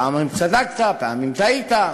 פעמים צדקת, פעמים טעית.